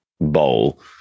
bowl